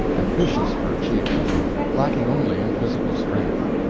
ambitious for achievement lacking only in physical strength.